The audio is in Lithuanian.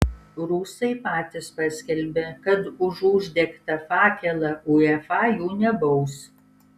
rusai patys paskelbė kad už uždegtą fakelą uefa jų nebaus